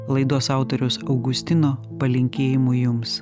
laidos autoriaus augustino palinkėjimu jums